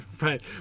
Right